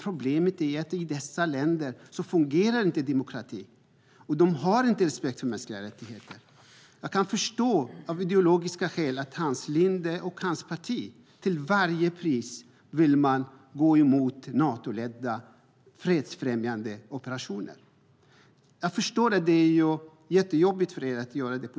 Problemet är att demokratin inte fungerar i dessa länder. De har inte respekt för mänskliga rättigheter. Jag kan förstå att Hans Linde och hans parti av ideologiska skäl till varje pris är emot Natoledda fredsfrämjande operationer. Jag förstår att det är jättejobbigt för dem.